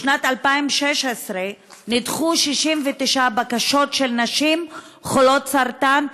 בשנת 2016 נדחו 69 בקשות של נשים חולות סרטן,